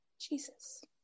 Jesus